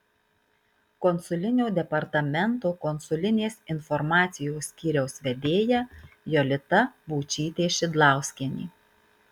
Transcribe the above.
konsulinio departamento konsulinės informacijos skyriaus vedėja jolita būčytė šidlauskienė